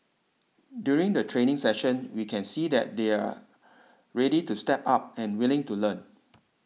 during the training sessions we can see that they're ready to step up and willing to learn